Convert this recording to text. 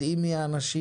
יודעים מי האנשים,